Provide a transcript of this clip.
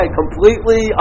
completely